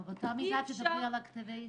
אבל באותה מידה תדברי על כתבי האישום.